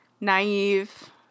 naive